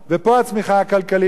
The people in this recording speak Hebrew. ופה הצמיחה הכלכלית